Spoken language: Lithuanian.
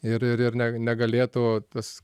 ir ir ir ne negalėtų tas